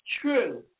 True